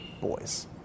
boys